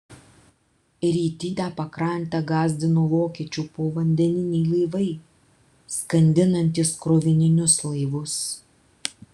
rytinę pakrantę gąsdino vokiečių povandeniniai laivai skandinantys krovininius laivus